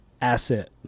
asset